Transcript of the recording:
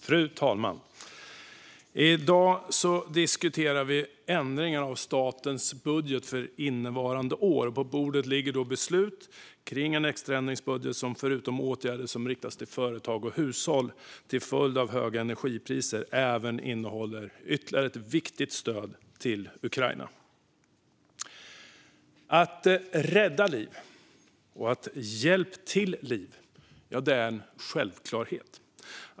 Fru talman! I dag debatterar vi ändringar av statens budget för innevarande år. På bordet för beslut ligger en extra ändringsbudget som förutom åtgärder som riktas till företag och hushåll till följd av höga energipriser även innehåller ytterligare ett viktigt stöd till Ukraina. Att rädda och ge hjälp till liv är en självklarhet.